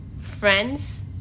friends